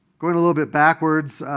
going a little bit backwards,